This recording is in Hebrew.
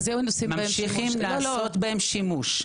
מה זה עושים בהם שימוש?